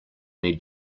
need